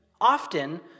often